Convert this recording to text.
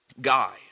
Guy